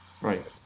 Right